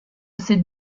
ces